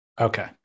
Okay